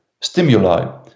stimuli